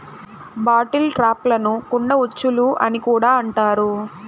bottle ట్రాప్లను కుండ ఉచ్చులు అని కూడా అంటారు